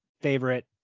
favorite